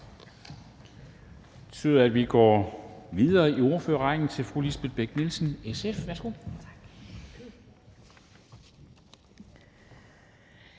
Det betyder, at vi går videre i ordførerrækken til fru Lisbeth Bech-Nielsen, SF.